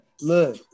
look